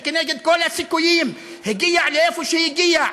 שכנגד כל הסיכויים הגיע לאן שהגיע,